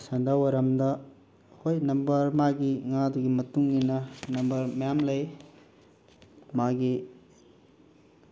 ꯁꯟꯙꯥ ꯋꯥꯏꯔꯝꯗ ꯍꯣꯏ ꯅꯝꯕꯔ ꯃꯥꯒꯤ ꯉꯥꯗꯨꯒꯤ ꯃꯇꯨꯡ ꯏꯟꯅ ꯅꯝꯕꯔ ꯃꯌꯥꯝ ꯂꯩ ꯃꯥꯒꯤ